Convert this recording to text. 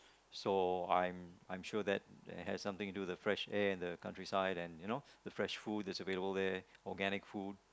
so I'm I'm sure that there has something to do with the fresh air in the country side and you know the fresh food is available there organic food